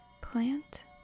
plant